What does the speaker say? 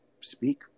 speak